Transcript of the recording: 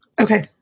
Okay